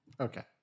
Okay